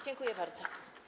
Dziękuję bardzo.